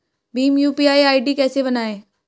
Bhim UPI ID कैसे बनाएं?